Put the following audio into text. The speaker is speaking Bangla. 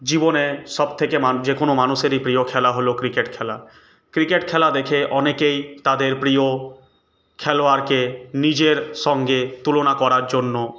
জীবনে সবথেকে যে কোনো মানুষেরই প্রিয় খেলা হল ক্রিকেট খেলা ক্রিকেট খেলা দেখে অনেকেই তাদের প্রিয় খেলোয়াড়কে নিজের সঙ্গে তুলনা করার জন্য